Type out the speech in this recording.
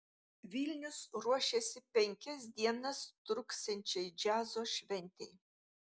vilnius ruošiasi penkias dienas truksiančiai džiazo šventei